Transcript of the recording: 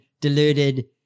deluded